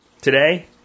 Today